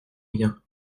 rien